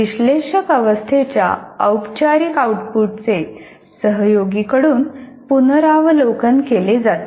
विश्लेषक अवस्थेच्या औपचारिक आउटपुटचे सहयोगीकडून पुनरावलोकन केले जाते